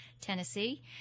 Tennessee